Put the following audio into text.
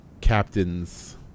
captain's